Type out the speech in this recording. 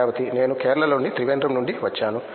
రేవతి నేను కేరళలోని త్రివేంద్రం నుండి వచ్చాను